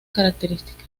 característica